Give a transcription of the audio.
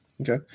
Okay